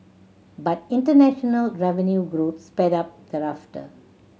but international revenue growth sped up thereafter